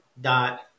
dot